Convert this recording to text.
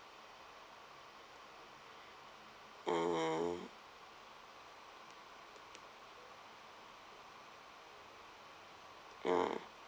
ah ah